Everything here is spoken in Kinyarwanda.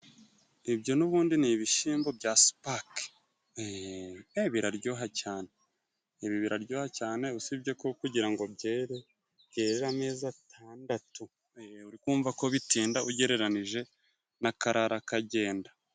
Ibyo nubundi ni ibishyimbo bya sipake biraryoha cyane, ibi biraryoha cyane, usibye ko kugirango byere byerera amezi atandatu, uri kumva ko bitinda ugereranije n'akarara kagenda.